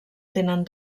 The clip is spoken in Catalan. tenen